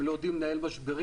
הם לא יודעים לנהל משברים,